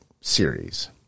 series